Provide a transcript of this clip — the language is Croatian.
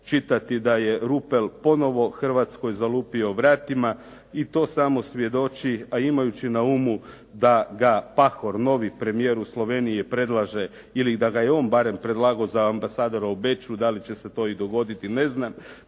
čitati da je Rupel ponovo Hrvatskoj zalupio vratima i to samo svjedoči, a imajući na umu da ga Pahor, novi premijer u Sloveniji predlaže ili da ga je on barem predlagao za ambasadora u Beču. Da li će se to i dogoditi, ne znam,